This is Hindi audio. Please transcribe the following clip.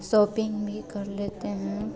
शॉपिन्ग भी कर लेते हैं